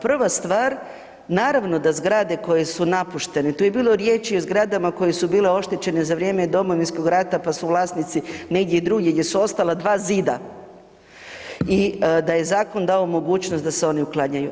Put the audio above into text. Prva stvar, naravno da zgrade koje su napuštene, tu je bilo riječi i o zgradama koje su bile oštećene za vrijeme Domovinskog rata pa su vlasnici negdje drugdje gdje su ostala dva zida i da je zakon dao mogućnost da se oni uklanjaju.